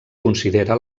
considera